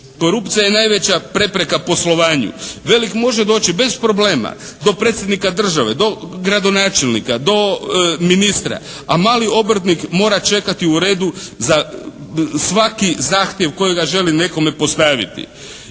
Korupcija ja najveća prepreka poslovanju. Velik može doći bez problema do predsjednika države, do gradonačelnika, do ministra, a mali obrtnik mora čekati u redu za svaki zahtjev kojega želi nekome postaviti.